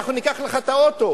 אנחנו ניקח לך את האוטו,